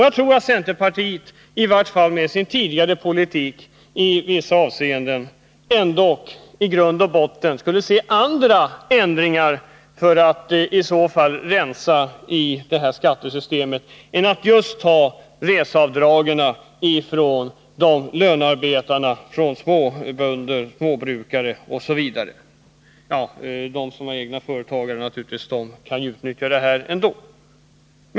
Jag trodde att centerpartiet, i varje fall med den tidigare förda politiken i vissa avseenden, skulle föreslå andra ändringar för att rensa i skattesystemet än att ta reseavdragen ifrån lönarbetare, småbönder, småbrukare m.fl. De egna företagarna kan ju utnyttja systemet ändå.